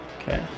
okay